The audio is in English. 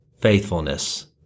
faithfulness